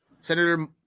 Senator